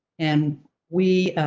and we